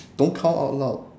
don't count out loud